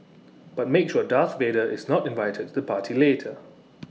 but make sure Darth Vader is not invited to the party later